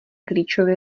klíčový